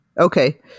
Okay